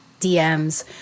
DMs